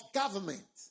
government